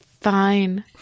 Fine